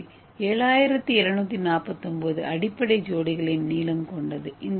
இது 7249 அடிப்படை ஜோடிகளின் நீளம் கொண்டது